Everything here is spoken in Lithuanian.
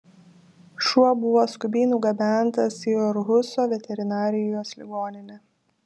šuo buvo skubiai nugabentas į orhuso veterinarijos ligoninę